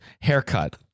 haircut